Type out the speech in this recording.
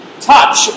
touch